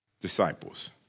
Disciples